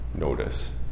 notice